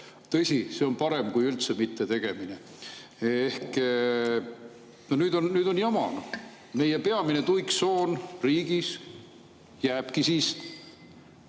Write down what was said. Tõsi, see on parem kui üldse mitte teha. Nüüd on jama, peamine tuiksoon riigis jääbki siis